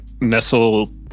nestle